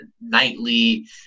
nightly